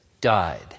died